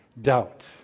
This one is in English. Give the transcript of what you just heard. Doubt